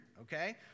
okay